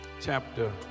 chapter